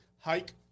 hike